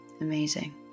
Amazing